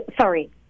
Sorry